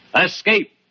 Escape